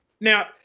Now